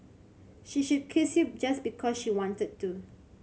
she should kiss you just because she wanted to